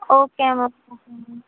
okay ma'am okay